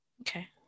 Okay